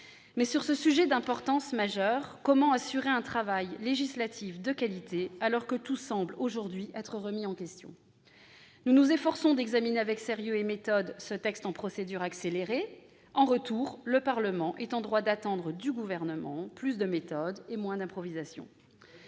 Mais sur ce sujet d'importance majeure, comment assurer un travail législatif de qualité, alors que tout semble aujourd'hui remis en question ? Nous nous efforçons d'examiner avec sérieux et méthode ce texte en procédure accélérée. En retour, le Parlement est en droit d'attendre du Gouvernement plus de méthode et moins d'improvisation.